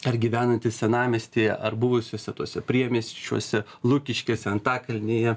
ar gyvenantis senamiestyje ar buvusiuose tuose priemiesčiuose lukiškėse antakalnyje